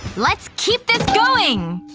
let's keep this going!